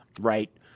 right